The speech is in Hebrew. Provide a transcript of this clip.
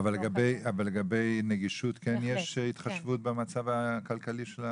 אבל לגבי נגישות כן יש התחשבות במצב הכלכלי?